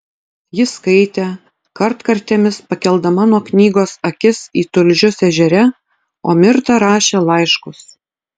ji skaitė kartkartėmis pakeldama nuo knygos akis į tulžius ežere o mirta rašė laiškus